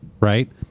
right